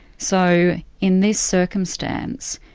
so in this circumstance,